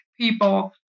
people